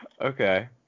Okay